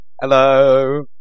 Hello